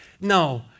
No